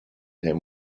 him